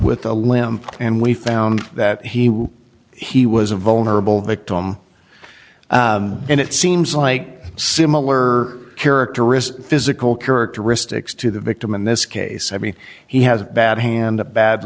with a limp and we found that he was he was a vulnerable victim and it seems like similar characteristics physical characteristics to the victim in this case i mean he has a bad hand a bad